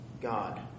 God